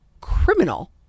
criminal